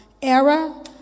Era